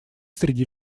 среди